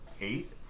Eight